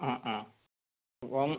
ആ ആ ഇപ്പം